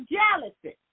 jealousy